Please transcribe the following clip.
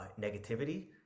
negativity